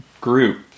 group